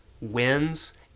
wins